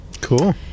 Cool